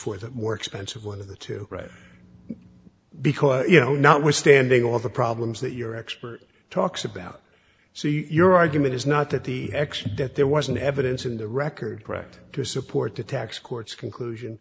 for the more expensive one of the two because you know notwithstanding all the problems that your expert talks about so your argument is not that the ex that there wasn't evidence in the record correct to support the tax court's conclusion